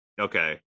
Okay